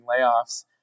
layoffs